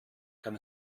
kann